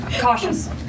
cautious